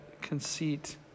conceit